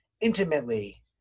intimately